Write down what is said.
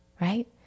right